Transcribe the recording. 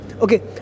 okay